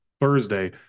Thursday